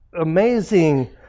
amazing